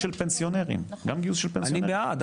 אני בעד,